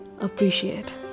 appreciate